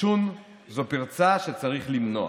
עישון זה פרצה שצריך למנוע.